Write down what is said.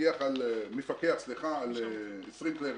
מפקח על 21 משאיות,